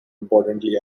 importantly